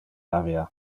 area